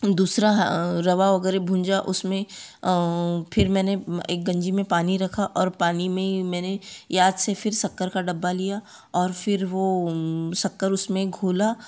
दूसरा रवा वगैरह भूना उसमें फिर मैंने एक गंजी में पानी रखा और पानी में मैंने याद से फिर शक्कर का डब्बा लिया और फिर वो शक्कर उसमें खोला